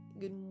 good